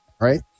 right